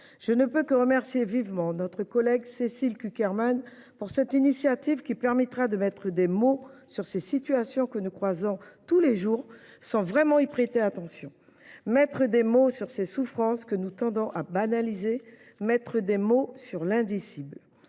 Je ne peux que remercier vivement notre collègue Cécile Cukierman pour cette initiative qui permettra de mettre des mots sur ces situations que nous croisons tous les jours sans vraiment y prêter attention, de mettre des mots sur ces souffrances que nous tendons à banaliser, de mettre des mots sur l’indicible.